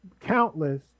countless